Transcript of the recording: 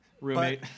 roommate